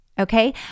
Okay